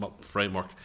framework